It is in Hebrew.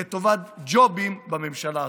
לטובת ג'ובים בממשלה הזאת.